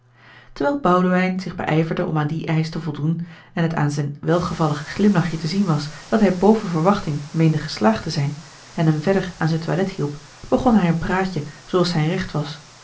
terwijl boudewijn zich beijverde om aan dien eisch te voldoen en het aan zijn welgevallig glimlachje te zien was dat hij boven verwachting meende geslaagd te zijn en hem verder aan zijn toilet hielp begon hij een praatje zooals zijn recht was